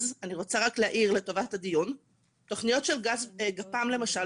אני רוצה להעיר לטובת הדיון שתוכניות של גז גפ"מ למשל,